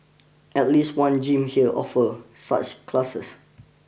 at least one gym here offer such classes